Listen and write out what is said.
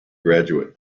graduate